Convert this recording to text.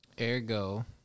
Ergo